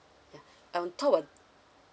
yeah on top of